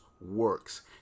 works